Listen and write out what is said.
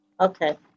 Okay